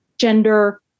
gender